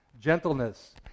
Gentleness